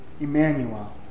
Emmanuel